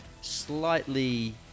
slightly